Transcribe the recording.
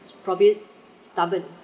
probably stubborn